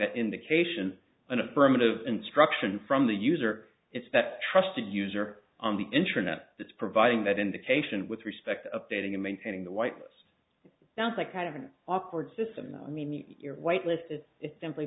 that indication an affirmative instruction from the user it's that trust a user on the internet that's providing that indication with respect updating and maintaining the white house sounds like kind of an awkward system meaning you're white listed it's simply